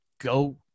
go